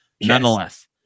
Nonetheless